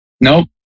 Nope